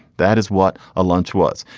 that is what a lunch was.